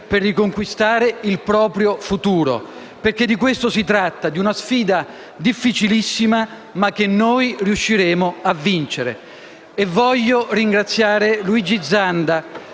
e riconquistare il proprio futuro, perché di questo si tratta: una sfida difficilissima che noi, però, riusciremo a vincere. Voglio poi ringraziare Luigi Zanda